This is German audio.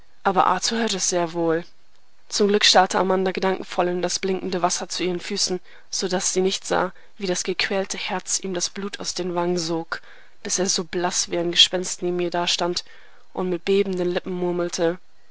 aber arthur hörte es sehr wohl zum glück starrte amanda gedankenvoll in das blinkende wasser zu ihren füßen so daß sie nicht sah wie das gequälte herz ihm das blut aus den wangen sog bis er so blaß wie ein gespenst neben ihr dastand und mit bebenden lippen murmelte